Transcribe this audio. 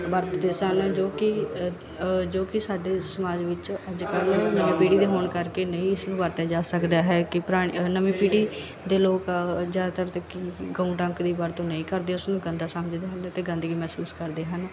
ਵਰਤਦੇ ਸਨ ਜੋ ਕਿ ਜੋ ਕਿ ਸਾਡੇ ਸਮਾਜ ਵਿੱਚ ਅੱਜ ਕੱਲ੍ਹ ਨਵੀਂ ਪੀੜ੍ਹੀ ਦੇ ਹੋਣ ਕਰਕੇ ਨਹੀਂ ਸੀ ਵਰਤਿਆ ਜਾ ਸਕਦਾ ਹੈ ਕਿ ਪੁਰਾਣੀ ਨਵੀਂ ਪੀੜ੍ਹੀ ਦੇ ਲੋਕ ਜ਼ਿਆਦਾਤਰ ਤਾਂ ਕੀ ਗਊ ਡੰਕ ਦੀ ਵਰਤੋਂ ਨਹੀਂ ਕਰਦੇ ਉਸਨੂੰ ਗੰਦਾ ਸਮਝਦੇ ਹਨ ਅਤੇ ਗੰਦਗੀ ਮਹਿਸੂਸ ਕਰਦੇ ਹਨ